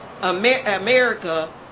America